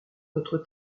notre